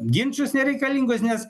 ginčus nereikalingus nes